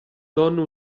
donne